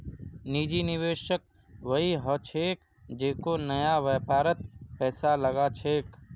निजी निवेशक वई ह छेक जेको नया व्यापारत पैसा लगा छेक